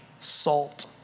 salt